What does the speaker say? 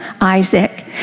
Isaac